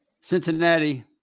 cincinnati